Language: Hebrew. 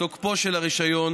תוקפו של הרישיון,